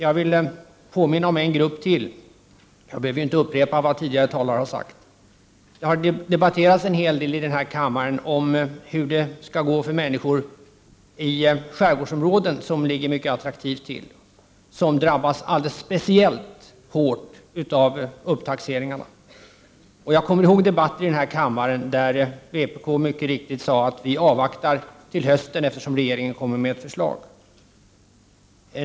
Jag vill påminna om ännu en grupp, och jag behöver inte upprepa vad tidigare talare har sagt. Det har debatterats en hel del i kammaren om hur det skall gå för människor i skärgårdsområden som ligger attraktivt till. De drabbas alldeles speciellt hårt genom upptaxeringarna. Jag kommer ihåg debatter i kammaren, där vpk mycket riktigt har sagt att de avvaktar till hösten eftersom regeringen skall komma med förslag.